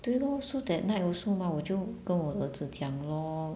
对 lor so that night also mah 我就跟我儿子讲 lor